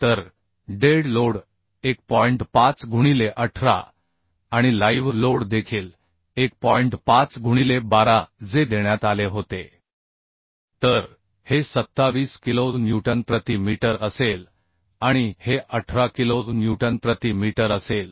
तर dead load 1 5 गुणिले 1 18 आणि लाईव्ह लोड देखील 1 5 गुणिले 12 जे देण्यात आले होते तर हे 27 किलो न्यूटन प्रति मीटर असेल आणि हे 18 किलो न्यूटन प्रति मीटर असेल